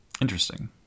Interesting